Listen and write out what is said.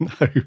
No